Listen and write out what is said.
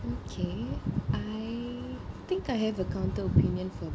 okay I think I have a counter opinion for